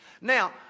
Now